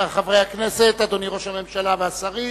חברי הכנסת, אדוני ראש הממשלה והשרים,